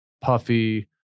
puffy